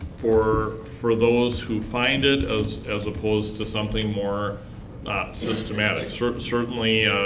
for for those who find it as as opposed to something more ah systematic? sort of certainly